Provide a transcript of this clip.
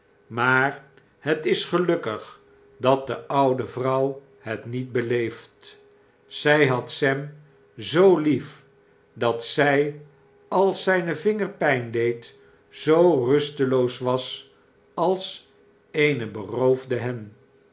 maar het is gelukkig dat de oude vrouw het niet beleeft zy had sem zoo lief dat zy als zp vinger pp deed zoorusteloos was als eene beroofde hen